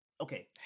Okay